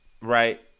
right